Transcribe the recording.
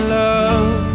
love